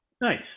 Nice